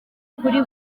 kuri